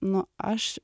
nu aš